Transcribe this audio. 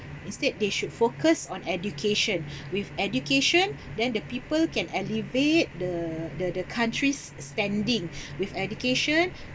instead they should focus on education with education then the people can alleviate the the the country's standing with education